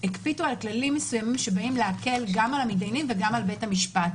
הקפידו על כללים מסוימים שבאים להקל גם על המתדיינים וגם על בית המשפט.